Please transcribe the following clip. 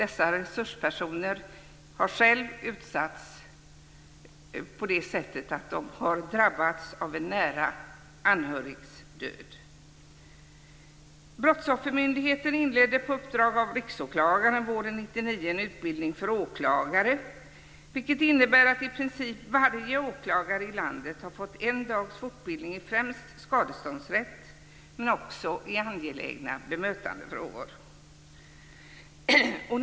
Dessa resurspersoner har själva utsatts på det sättet att de har drabbats av en nära anhörigs död. Riksåklagaren våren 1999 en utbildning för åklagare, vilket innebär att i princip varje åklagare i landet har fått en dags fortbildning i främst skadeståndsrätt, men också i angelägna bemötandefrågor.